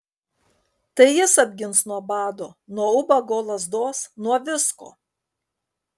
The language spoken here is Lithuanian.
tai jis apgins nuo bado nuo ubago lazdos nuo visko